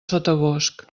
sotabosc